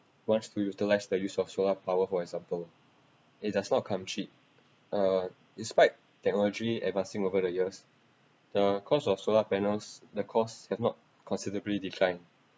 wants to utilise the use of solar power for example it does not come cheap uh despite technology advancing over the years the cost of solar panels the costs has not considerably declined